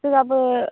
होआबो